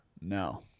No